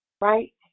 Right